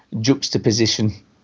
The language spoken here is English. juxtaposition